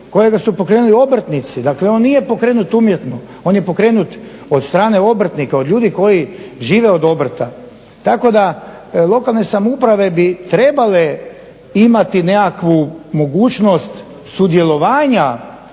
kojega su pokrenuli obrtnici. Dakle on nije pokrenut umjetno, on je pokrenut od strane obrtnika od ljudi koji žive od obrta. Tako da lokalne samouprave bi trebale imati nekakvu mogućnost sudjelovanja